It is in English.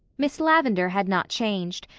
miss lavendar had not changed,